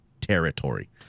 territory